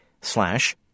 slash